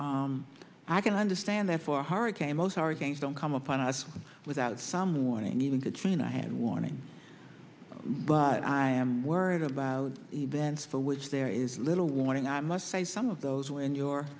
i can understand that for hurricane most our games don't come upon us without some warning even katrina had warning but i am worried about events for which there is little warning i must say some of those when you